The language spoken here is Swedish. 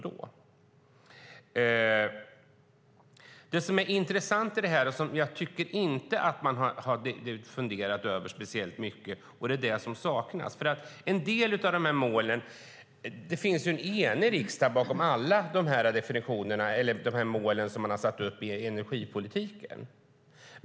Det finns något som är intressant i detta, som jag inte tycker att man har funderat speciellt mycket över och som saknas. Det finns en enig riksdag bakom alla de här målen som man har satt upp i energipolitiken.